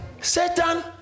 Satan